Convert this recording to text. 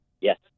Yes